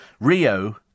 Rio